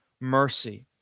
mercy